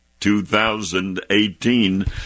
2018